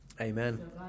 Amen